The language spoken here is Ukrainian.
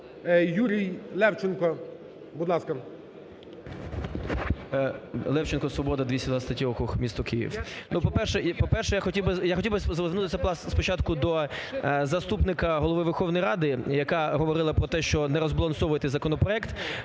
Юрій Левченко, будь ласка.